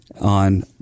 on